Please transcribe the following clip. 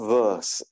verse